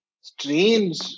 strange